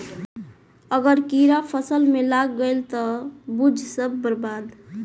अगर कीड़ा फसल में लाग गईल त बुझ सब बर्बाद